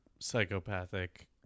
psychopathic